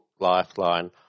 Lifeline